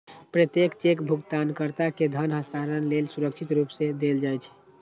प्रत्येक चेक भुगतानकर्ता कें धन हस्तांतरण लेल सुरक्षित रूप सं देल जाइ छै